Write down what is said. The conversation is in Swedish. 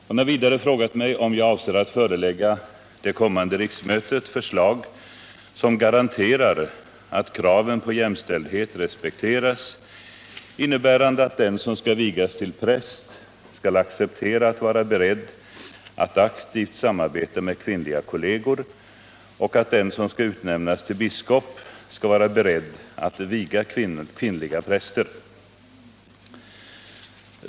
Hon har vidare frågat mig om jag avser att förelägga det kommande kyrkomötet förslag som garanterar att kraven på jämställdhet respekteras, innebärande att den som skall vigas till präst skall acceptera att vara beredd att aktivt samarbeta med kvinnliga kolleger och att den som skall utnämnas till biskop skall vara beredd att viga kvinnliga präster.